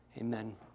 Amen